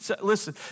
Listen